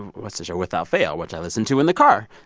what's the show? without fail, which i listened to in the car